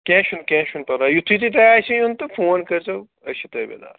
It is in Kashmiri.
کیٚنہہ چھُنہٕ کیٚنہہ چھُنہٕ پرواے یُتھٕے تہٕ تۄہہِ آسہِ یُن تہٕ فون کٔرۍزیو أسۍ چھِ تٲبیدار